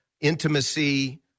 intimacy